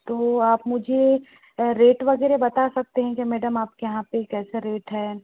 तो आप मुझे रेट वगैरह बता सकते हैं क्या मैडम आपके यहाँ पर कैसा रेट है